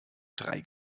drei